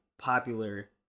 popular